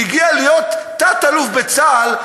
כשהגיעה להיות תת-אלוף בצה"ל,